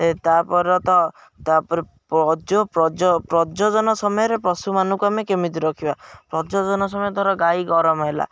ଏ ତା'ପରେ ତ ତା'ପରେ ପ୍ରଜନନ ସମୟରେ ପଶୁମାନଙ୍କୁ ଆମେ କେମିତି ରଖିବା ପ୍ରଜନନ ସମୟ ଧର ଗାଈ ଗରମ ହେଲା